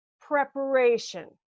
preparation